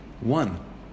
one